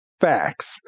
facts